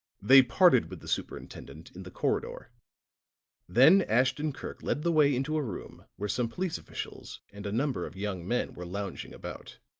they parted with the superintendent in the corridor then ashton-kirk led the way into a room where some police officials and a number of young men were lounging about.